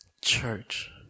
Church